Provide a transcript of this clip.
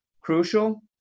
crucial